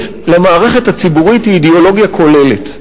למערכת הציבורית היא אידיאולוגיה כוללת.